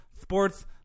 sports